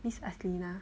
miss aslina